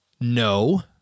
no